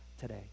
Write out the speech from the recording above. today